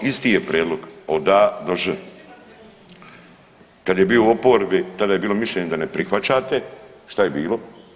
Isti je prijedlog od A do Ž. Kad je bio u oporbi tada je bilo mišljenje da ne prihvaćate šta je bilo.